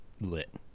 lit